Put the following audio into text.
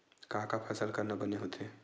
का का फसल करना बने होथे?